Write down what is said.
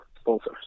sponsors